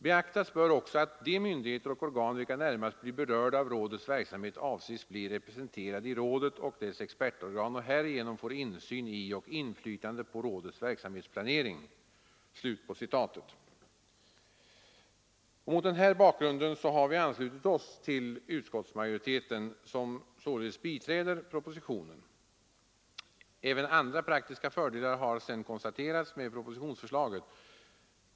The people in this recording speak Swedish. Beaktas bör också att de myndigheter och organ vilka närmast blir berörda av rådets verksamhet avses bli representerade i rådet och dess expertorgan och härigenom får insyn i och inflytande på rådets verksamhetsplanering.” Mot den här bakgrunden har vi anslutit oss till utskottsmajoriteten, som således biträder propositionen. Även andra praktiska fördelar med propositionsförslaget har senare konstaterats.